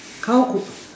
how could